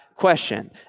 question